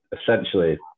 essentially